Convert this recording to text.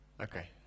Okay